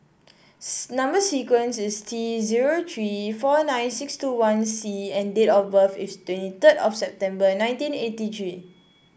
number sequence is T zero three four nine six two one C and date of birth is twenty third of September nineteen eighty three